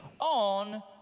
on